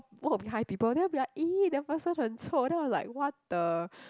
walk behind people then it'll be like !ee! that person 很臭 then I was like what the